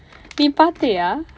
நீ பார்த்தியா:nii paarththiyaa